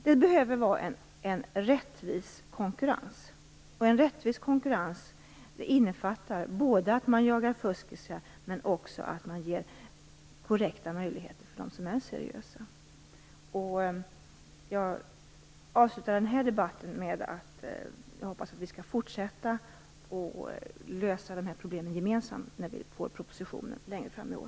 Det behöver vara en rättvis konkurrens, och en rättvis konkurrens innefattar både att man jagar s.k. fuskisar och att man ger korrekta möjligheter för dem som är seriösa. Jag avslutar den här debatten med en förhoppning om att vi skall fortsätta att lösa de här problemen gemensamt när vi får propositionen längre fram i vår.